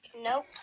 Nope